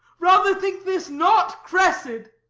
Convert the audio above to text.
rather think this not cressid.